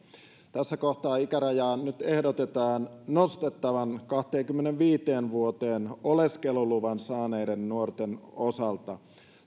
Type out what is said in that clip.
tässä kohtaa ikärajaa nyt ehdotetaan nostettavan kahteenkymmeneenviiteen vuoteen oleskeluluvan saaneiden nuorten osalta